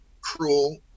cruel